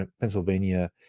pennsylvania